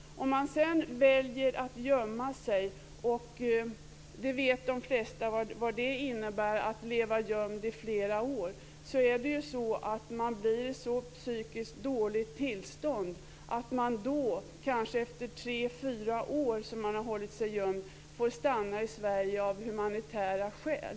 Om man sedan väljer att gömma sig - de flesta vet vad det innebär att leva gömd i flera år - blir man i ett så dåligt tillstånd psykiskt att man, efter att kanske ha hållit sig gömd i tre fyra år, kan få stanna i Sverige av humanitära skäl.